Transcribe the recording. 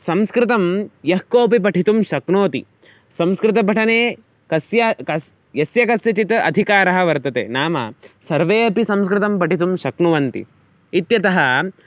संस्कृतं यः कोपि पठितुं शक्नोति संस्कृतपठने कस्य कस्य यस्य कस्यचित् अधिकारः वर्तते नाम सर्वे अपि संस्कृतं पठितुं शक्नुवन्ति इत्यतः